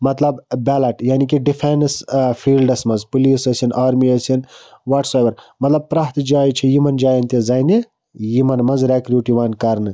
مطلب بیٚلَٹ یعنی کہِ ڈِفیٚنٕس ٲں فیٖلڈَس مَنٛز پولیٖس ٲسِن آرمی ٲسِن وَٹ سو ایٚوَر مطلب پرٛیٚتھ جایہِ چھِ یِمَن جایَن تہِ زَنہِ یِمَن مَنٛز ریٚکریٛوٗٹ یِوان کَرنہٕ